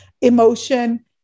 emotion